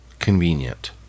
convenient